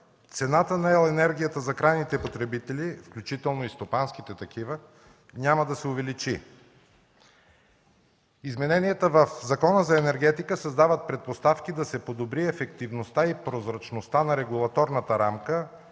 цената на електроенергията за крайните потребители, включително и стопанските такива, няма да се увеличи. Измененията в Закона за енергетиката създават предпоставки да се подобри ефективността и прозрачността на регулаторната рамка